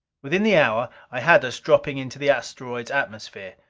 within the hour i had us dropping into the asteroid's atmosphere.